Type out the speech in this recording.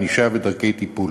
ענישה ודרכי טיפול)